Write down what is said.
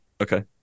Okay